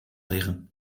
liggen